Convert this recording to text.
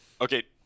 Okay